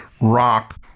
rock